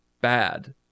bad